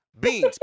beans